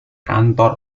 kantor